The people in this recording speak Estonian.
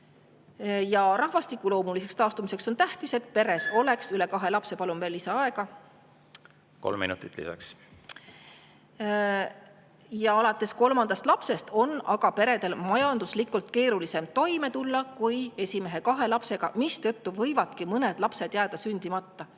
Rahvastiku loomulikuks taastumiseks on tähtis, et peres oleks üle kahe lapse. Palun lisaaega. Kolm minutit lisaks. Kolm minutit lisaks. Alates kolmandast lapsest aga on peredel majanduslikult keerulisem toime tulla kui esimese kahe lapsega, mistõttu võivadki mõned lapsed jääda sündimata.